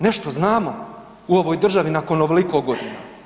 Nešto znamo u ovoj državi nakon ovoliko godina.